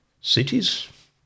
cities